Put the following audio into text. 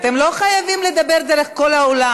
אתם לא חייבים לדבר דרך כל האולם.